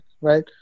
right